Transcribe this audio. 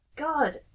God